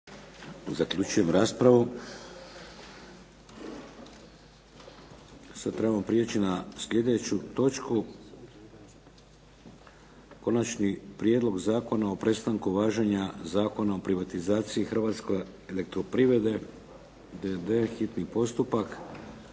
Vladimir (HDZ)** Sad trebamo prijeći na sljedeću točku - Konačni prijedlog Zakona o prestanku važenja Zakona o privatizaciji Hrvatske elektroprivrede d.d., hitni postupak,